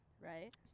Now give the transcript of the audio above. right